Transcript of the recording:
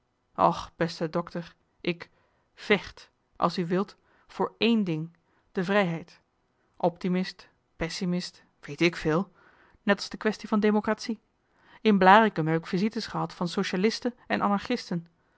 och beste dokter ik vecht als u wilt voor één ding de vrijheid optimist pessimist weet ik veel net als de kwestie van democratie in blaricum heb ik visites gehad van socialisten en